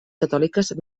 catòliques